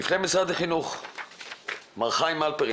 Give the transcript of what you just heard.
אני מכיר אותה שנים ארוכות ומאוד מעריך אותה.